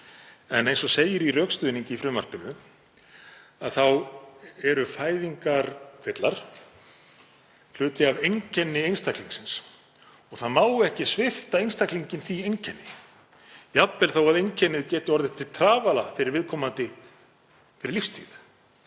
En eins og segir í rökstuðningi í frumvarpinu þá eru fæðingarkvillar hluti af einkenni einstaklingsins og það má ekki svipta einstaklinginn því einkenni, jafnvel þó að einkennið geti orðið til trafala fyrir viðkomandi fyrir lífstíð.